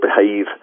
behave